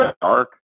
Dark